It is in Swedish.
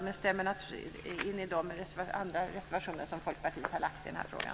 Jag instämmer naturligtvis också i de andra reservationer som Folkpartiet har i den här frågan.